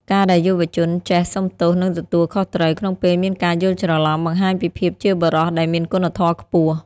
ការដែលយុវជនចេះ "សុំទោស និងទទួលខុសត្រូវ" ក្នុងពេលមានការយល់ច្រឡំ បង្ហាញពីភាពជាបុរសដែលមានគុណធម៌ខ្ពស់។